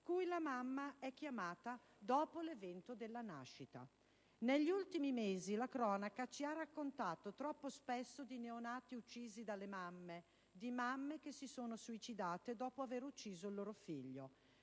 cui è chiamata dopo l'evento della nascita. Negli ultimi mesi la cronaca ci ha raccontato troppo spesso di neonati uccisi dalle mamme, di mamme che si sono suicidate dopo aver ucciso il loro figlio: